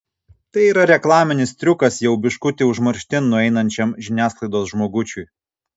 tai yra reklaminis triukas jau biškutį užmarštin nueinančiam žiniasklaidos žmogučiui